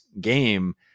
game